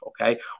Okay